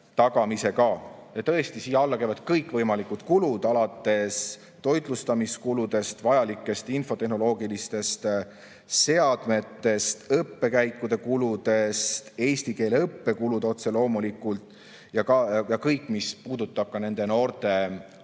tagamisega. Tõesti, siia alla käivad kõikvõimalikud kulud, alates toitlustamiskuludest, vajalikest infotehnoloogilistest seadmetest, õppekäikude kuludest, eesti keele õppe kulud otse loomulikult, [lõpetades] kõigega, mis puudutab nende noorte